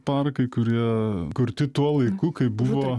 parkai kurie kurti tuo laiku kai buvo